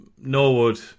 Norwood